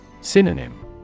Synonym